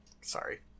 Sorry